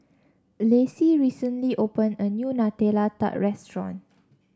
Lacie recently opened a new Nutella Tart restaurant